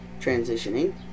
transitioning